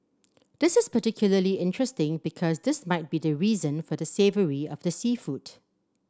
this is particularly interesting because this might be the reason for the savoury of the seafood